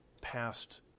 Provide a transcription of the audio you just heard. passed